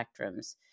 spectrums